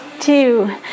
two